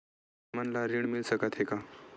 हमन ला ऋण मिल सकत हे का?